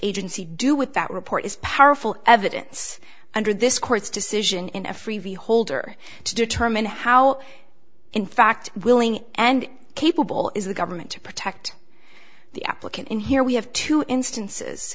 agency do with that report is powerful evidence under this court's decision in a free v holder to determine how in fact willing and capable is the government to protect the applicant in here we have two instances